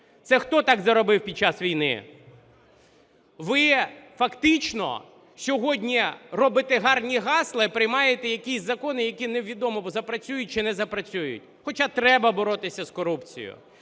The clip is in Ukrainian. Це хто так заробив під час війни? Ви фактично сьогодні робите гарні гасла і приймаєте якісь закони, які невідомо, запрацюють чи не запрацюють. Хоча треба боротися з корупцією.